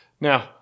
Now